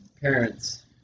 parents